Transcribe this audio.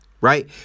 right